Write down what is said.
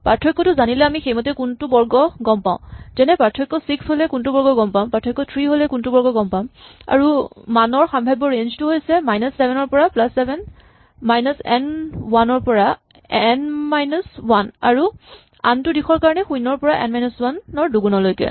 পাৰ্থক্যটো জানিলে আমি সেইমতে কোনটো বৰ্গ গম পাওঁ যেনে পাৰ্থক্য ছিক্স হ'লে কোনটো বৰ্গ গম পাম পাৰ্থক্য থ্ৰী হ'লে কোনটো বৰ্গ গম পাম আৰু মানৰ সাম্ভাৱ্য ৰেঞ্জ টো হৈছে মাইনাচ চেভেনৰ পৰা plus seven minus n one ৰ পৰা এন মাইনাচ ৱান আৰু আনটো দিশৰ কাৰণে শূণ্যৰ পৰা এন মাইনাচ ৱান ৰ দুগুণলৈকে